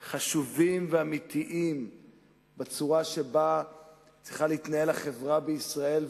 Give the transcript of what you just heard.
ואמיתיים הנוגעים לצורה שבה צריכה להתנהל החברה בישראל,